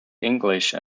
english